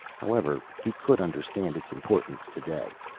however he could understand its importance today.